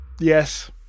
Yes